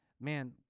Man